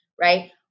right